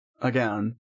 again